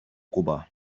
куба